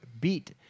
beat